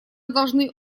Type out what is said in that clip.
должны